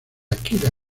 akira